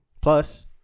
Plus